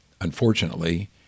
Unfortunately